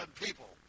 people